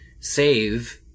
save